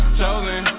chosen